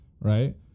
right